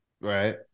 Right